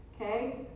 Okay